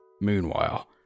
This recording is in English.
Meanwhile